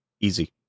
Easy